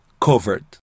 covered